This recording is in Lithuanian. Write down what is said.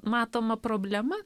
matoma problema